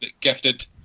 gifted